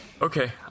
Okay